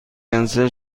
کنسل